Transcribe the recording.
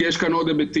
כי יש כאן עוד היבטים.